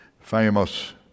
famous